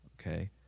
okay